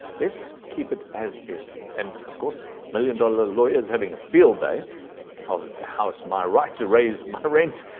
let's keep it as is. and of course, million dollar law is having a field day of how it's my right to raise my rent.